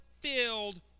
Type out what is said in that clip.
filled